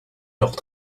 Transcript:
leurs